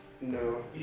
No